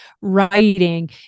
writing